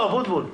אבוטבול.